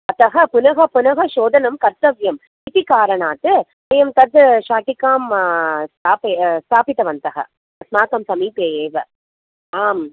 अतः पुनः पुनः शोधनं कर्तव्यम् इति कारणात् वयं तत् शाटिकां स्थापय् स्थापितवन्तः अस्माकं समीपे एव आम्